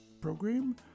program